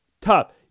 tough